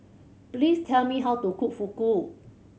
please tell me how to cook Fugu